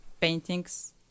paintings